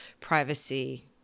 privacy